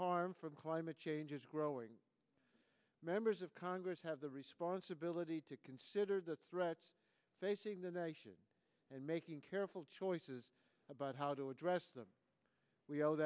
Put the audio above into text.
harm from climate change is growing members of congress have the responsibility to consider the threats facing the nation and making careful choices about how to address them we